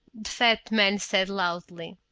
the fat man said loudly.